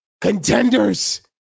contenders